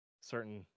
certain